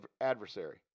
Adversary